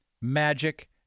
Magic